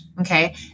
Okay